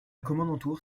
kommandantur